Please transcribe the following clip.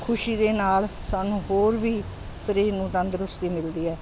ਖੁਸ਼ੀ ਦੇ ਨਾਲ ਸਾਨੂੰ ਹੋਰ ਵੀ ਸਰੀਰ ਨੂੰ ਤੰਦਰੁਸਤੀ ਮਿਲਦੀ ਹੈ